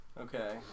Okay